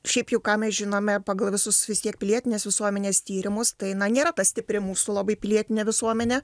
šiaip jau ką mes žinome pagal visus vis tiek pilietinės visuomenės tyrimus tai na nėra ta stipri mūsų labai pilietinė visuomenė